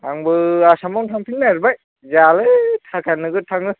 आंबो आसामाव थांफिननो नागिरबाय जायालै थाखा नोगोद थाङो